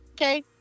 Okay